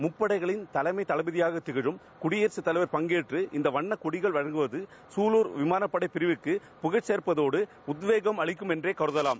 முப்படைகளின் தலைமை தளபதியாக திகமும் குடியரசத் தலைவர் பங்கேற்றட இந்த வண்ணக்கொடிகளை வழங்குவது குலார் விமானப்படை பிரிவுக்கு புகழ் சேர்ப்பதோடு உத்வேகம் அளிக்கும் என்றே கருதலாம்